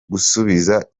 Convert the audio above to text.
gusubiza